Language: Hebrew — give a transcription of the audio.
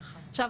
עכשיו,